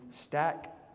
stack